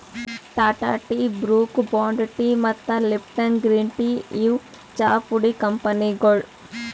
Tata tea, Brooke Bond tea ಮತ್ತ್ Lipton green tea ಇವ್ ಚಾಪುಡಿ ಕಂಪನಿಗೊಳ್